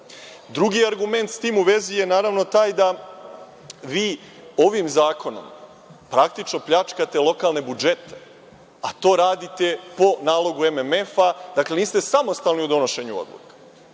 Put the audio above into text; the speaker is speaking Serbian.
Drugi argument s tim u vezi je naravno taj da vi ovim zakonom praktično pljačkate lokalne budžete, a to radite po nalogu MMF, dakle niste samostalni u donošenju odluka. Nisu